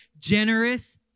generous